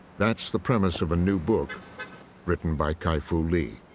that's the premise of a new book written by kai-fu lee.